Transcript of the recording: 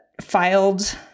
filed